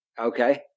Okay